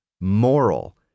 moral